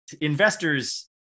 investors